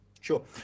Sure